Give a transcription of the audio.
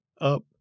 up